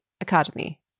academy